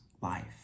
life